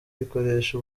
bikoresha